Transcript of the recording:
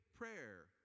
Prayer